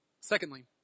Secondly